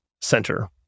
center